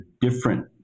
different